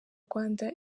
rwanda